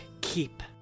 keep